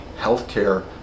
healthcare